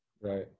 Right